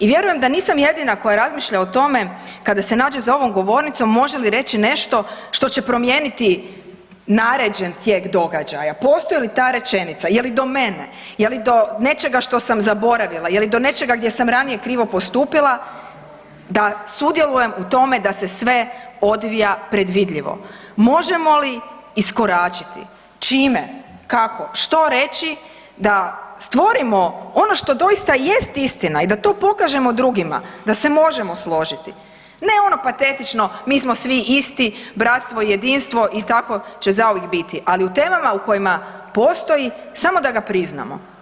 I vjerujem da nisam jedina koja razmišlja o tome kada se nađe za ovom govornicom može li reći nešto što će promijeniti naređen tijek događaja, postoji li ta rečenica, je li do mene, je li do nečega što sam zaboravila, je li do nečega gdje sam ranije krivo postupila da sudjelujem u tome da se sve odvija predvidljivo, možemo li iskoračiti, čime, kako, što reći da stvorimo ono što doista i jest istina i da to pokažemo drugima da se možemo složiti, ne ono patetično „mi smo svi isti“, „bratstvo i jedinstvo“ i tako će zauvijek biti, ali u temama u kojima postoji samo da ga priznamo.